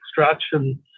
extraction